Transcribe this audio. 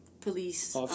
police